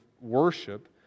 worship